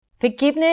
Forgiveness